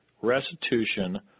restitution